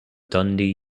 dundee